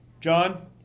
John